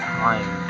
time